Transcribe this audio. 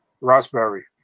Raspberry